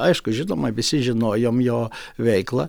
aišku žinoma visi žinojom jo veiklą